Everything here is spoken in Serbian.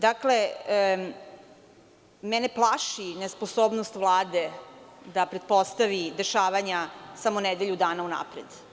Dakle, mene plaši nesposobnost Vlade da pretpostavi dešavanja samo nedelju dana unapred.